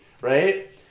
right